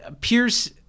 Pierce